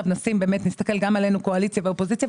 קואליציה ואופוזיציה,